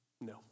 No